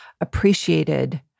appreciated